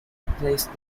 replaced